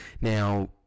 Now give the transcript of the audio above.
Now